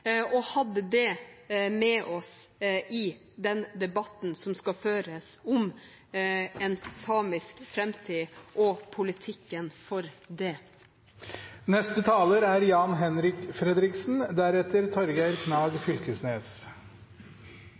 og hadde det med oss i den debatten som skal føres om en samisk framtid og politikken for det. Jeg synes det er